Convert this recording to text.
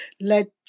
Let